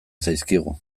zaizkigu